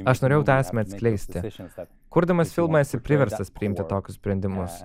aš norėjau tą esmę atskleisti kurdamas filmą esi priverstas priimti tokius sprendimus